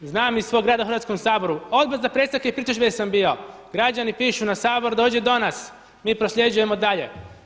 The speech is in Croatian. Znam iz svog rada u Hrvatskom saboru Odbor za predstavke i pritužbe gdje sam bio, građani pišu na Sabor, dođe do nas, mi prosljeđujemo dalje.